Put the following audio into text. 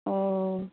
ᱚ